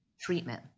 treatment